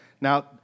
Now